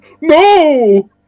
No